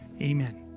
Amen